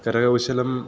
करकौशलं